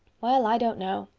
well, i don't know.